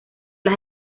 las